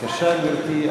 בבקשה, גברתי.